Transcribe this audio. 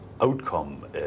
outcome